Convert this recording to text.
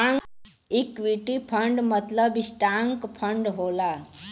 equity fund मतलब stock fund होला